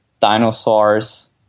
dinosaurs